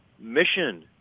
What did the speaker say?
mission